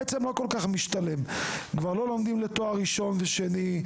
בעצם לא כל כך משתלם כבר לא לומדים לתואר ראשון ושני,